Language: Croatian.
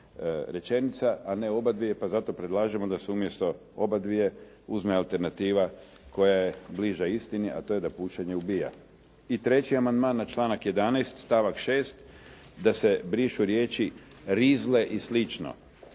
rečenica, a ne obadvije, pa zato predlažemo da se umjesto obadvije uzme alternativa koja je bliža istini, a to je da pušenje ubija. I treći amandman na članak 11. stavak 6. da se brišu riječi rizle i